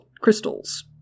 crystals